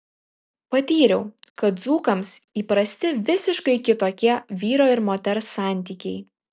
patyriau kad dzūkams įprasti visiškai kitokie vyro ir moters santykiai